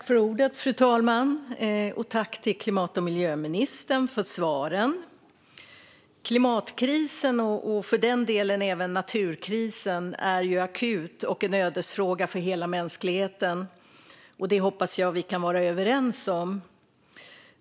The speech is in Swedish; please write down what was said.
Fru talman! Jag tackar klimat och miljöministern för svaren. Klimatkrisen och för den delen även naturkrisen är akut och en ödesfråga för hela mänskligheten. Det hoppas jag att vi kan vara överens om.